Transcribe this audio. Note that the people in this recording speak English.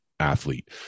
athlete